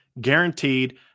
guaranteed